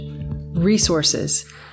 resources